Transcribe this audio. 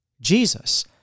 Jesus